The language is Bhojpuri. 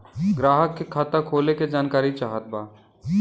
ग्राहक के खाता खोले के जानकारी चाहत बा?